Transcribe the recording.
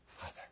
Father